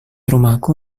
rumahku